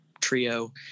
trio